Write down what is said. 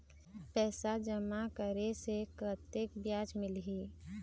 पैसा जमा करे से कतेक ब्याज मिलही?